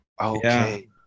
Okay